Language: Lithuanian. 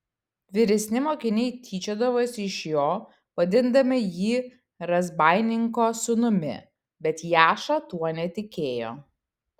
vyresni mokiniai tyčiodavosi iš jo vadindami jį razbaininko sūnumi bet jaša tuo netikėjo